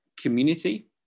community